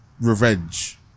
revenge